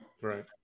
Right